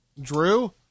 Drew